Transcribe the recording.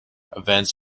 events